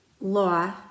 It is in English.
law